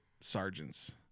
sergeants